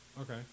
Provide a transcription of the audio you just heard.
Okay